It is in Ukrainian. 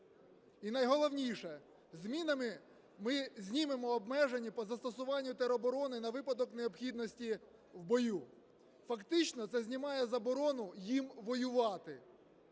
І найголовніше, змінами ми знімемо обмеження по застосуванню тероборони на випадок необхідності в бою, фактично це знімає заборону їм воювати.